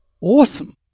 awesome